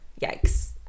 Yikes